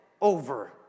over